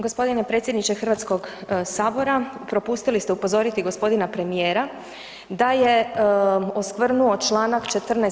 Gospodine predsjedniče Hrvatskog sabora, propustili ste upozoriti gospodina premijera da je oskvrnuo Članak 14.